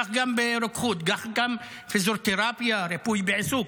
כך גם ברוקחות, גם בפיזיותרפיה, בריפוי בעיסוק.